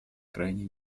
крайней